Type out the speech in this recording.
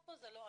פה "זה לא אני".